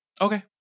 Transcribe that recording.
okay